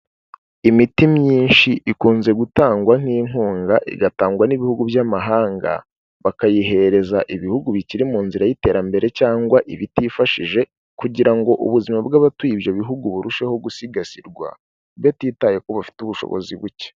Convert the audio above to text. Imiti myinshi ikunze gutangwa nk'inkunga igatangwa n'ibihugu by'amahanga, bakayihereza ibihugu bikiri mu nzira y'iterambere cyangwa ibitifashije kugira ngo ubuzima bw'abatuye ibyo bihugu burusheho gusigasirwa, batitaye ko bafite ubushobozi buke.